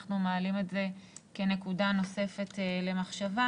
אנחנו מעלים את זה כנקודה נוספת למחשבה.